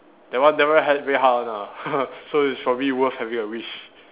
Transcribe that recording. that one never had really hard one lah so it's probably worth having a wish